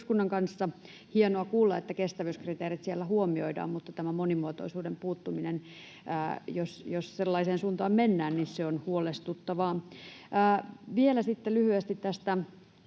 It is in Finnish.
eduskunnan kanssa? On hienoa kuulla, että kestävyyskriteerit siellä huomioidaan, mutta tämä monimuotoisuuden puuttuminen, jos sellaiseen suuntaan mennään, on huolestuttavaa. Sitten vielä lyhyesti tästä